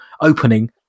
opening